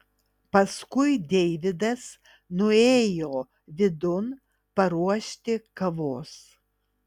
paskui deividas nuėjo vidun paruošti kavos